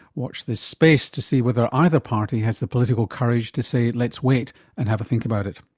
watch this space to see whether either party has the political courage to say let's wait and have a think about it